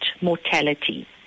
mortality